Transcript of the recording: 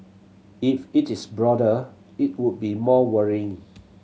if it is broader it would be more worrying